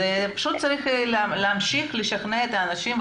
פשוט צריך להמשיך לשכנע את האנשים.